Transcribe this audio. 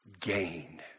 gain